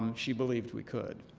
um she believed we could.